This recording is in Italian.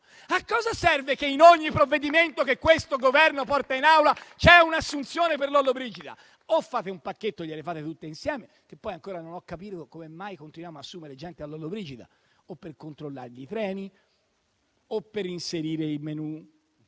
A cosa serve che, in ogni provvedimento che questo Governo porta in Aula, ci sia un'assunzione per Lollobrigida? Allora fate un pacchetto e fategliele tutte insieme, anche se poi ancora non ho capito come mai continuiamo ad assumere gente per Lollobrigida: o per controllargli i treni o per inserire il